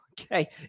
Okay